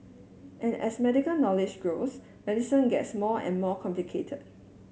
and as medical knowledge grows medicine gets more and more complicated